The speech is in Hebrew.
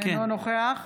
אינו נוכח